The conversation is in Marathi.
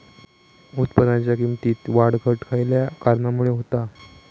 उत्पादनाच्या किमतीत वाढ घट खयल्या कारणामुळे होता?